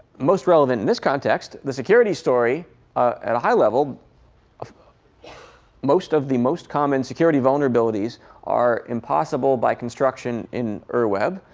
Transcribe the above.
most relevant in this context, the security story at a high level most of the most common security vulnerabilities are impossible by construction in ur web.